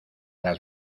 las